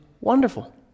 wonderful